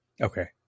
Okay